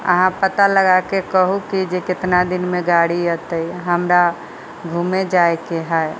अहाँ पता लगाके कहू की जेकि कितना दिन मे गाड़ी एतय हमरा घूमे जायके है